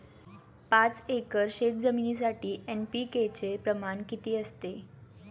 पाच एकर शेतजमिनीसाठी एन.पी.के चे प्रमाण किती असते?